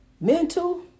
mental